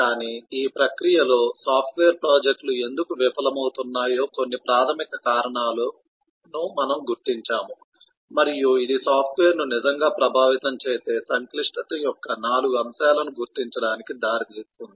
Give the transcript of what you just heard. కానీ ఈ ప్రక్రియలో సాఫ్ట్వేర్ ప్రాజెక్టులు ఎందుకు విఫలమవుతున్నాయో కొన్ని ప్రాథమిక కారణాలను మనము గుర్తించాము మరియు ఇది సాఫ్ట్వేర్ను నిజంగా ప్రభావితం చేసే సంక్లిష్టత యొక్క నాలుగు అంశాలను గుర్తించడానికి దారితీస్తుంది